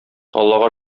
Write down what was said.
аллага